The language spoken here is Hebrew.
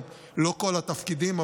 לא את כל התפקידים,